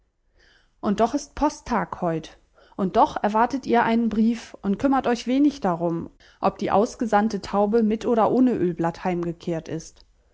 und doch ist posttag heut und doch erwartet ihr einen brief und kümmert euch wenig darum ob die ausgesandte taube mit oder ohne ölblatt heimgekehrt ist